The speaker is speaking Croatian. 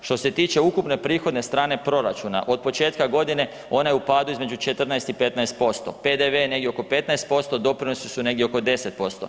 Što se tiče ukupne prihodne strane proračuna, od početka godine ona je u padu između 14 i 15%, PDV je negdje oko 15%, doprinosi su negdje oko 10%